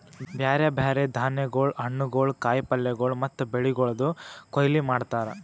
ಬ್ಯಾರೆ ಬ್ಯಾರೆ ಧಾನ್ಯಗೊಳ್, ಹಣ್ಣುಗೊಳ್, ಕಾಯಿ ಪಲ್ಯಗೊಳ್ ಮತ್ತ ಬೆಳಿಗೊಳ್ದು ಕೊಯ್ಲಿ ಮಾಡ್ತಾರ್